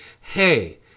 Hey